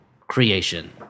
creation